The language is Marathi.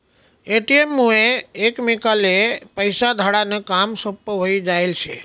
ए.टी.एम मुये एकमेकले पैसा धाडा नं काम सोपं व्हयी जायेल शे